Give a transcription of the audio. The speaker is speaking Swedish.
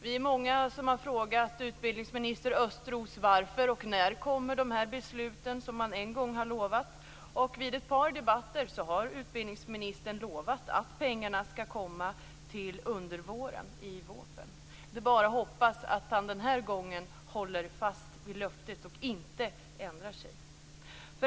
Vi är många som har frågat utbildningsminister Östros varför. Vi har frågat när de beslut kommer som man en gång har lovat. Vid ett par debatter har utbildningsministern lovat att pengarna skall komma under våren i vårpropositionen. Det är bara att hoppas att han den här gången håller fast vid löftet och inte ändrar sig.